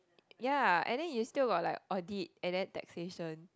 ya and then you still got like audit and then taxation